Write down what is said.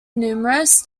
numerous